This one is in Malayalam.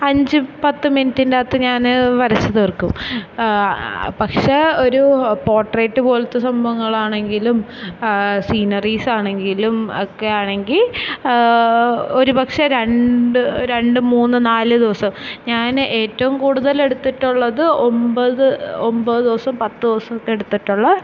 അഞ്ച് പത്ത് മിനിറ്റിന്റെ അകത്ത് ഞാൻ വരച്ച് തീർക്കും പക്ഷേ ഒരു പോട്രേറ്റ് പോലത്തെ സംഭവങ്ങളാണെങ്കിലും സീനറീസാണെങ്കിലും ഒക്കെ ആണെങ്കിൽ ഒരു പക്ഷേ രണ്ട് രണ്ട് മൂന്ന് നാല് ദിവസം ഞാൻ ഏറ്റവും കൂടുതൽ എടുത്തിട്ടുള്ളത് ഒൻപത് ഒൻപത് ദിവസം പത്ത് ദിവസമൊക്കെ എടുത്തിട്ടുള്ള